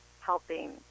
helping